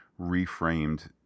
reframed